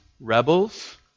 rebels